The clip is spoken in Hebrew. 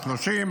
30,